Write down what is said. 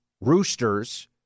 roosters